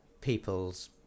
people's